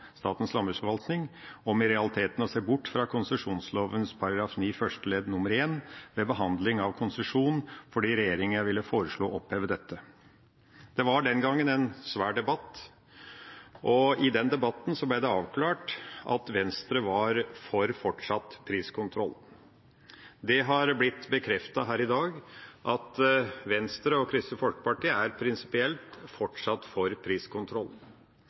Statens landbruksforvaltning om i realiteten å se bort fra konsesjonsloven § 9 første ledd nr. 1 ved behandling av konsesjon fordi regjeringa ville foreslå å oppheve dette. Det var den gangen en svær debatt, og i den debatten ble det avklart at Venstre var for fortsatt priskontroll. Det har blitt bekreftet her i dag at Venstre og Kristelig Folkeparti fortsatt er prinsipielt for priskontroll.